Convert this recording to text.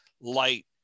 light